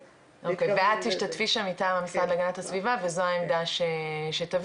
ואת תשתתפי שם מטעם המשרד להגנת הסביבה וזו העמדה שתביעי.